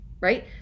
right